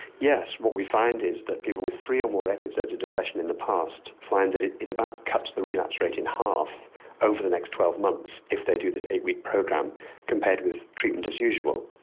yes, what we find is that people with three or more episodes of depression in the past find that it it about cuts the relapse rate in half over the next twelve months if they do this eight-week program compared with treatment as usual.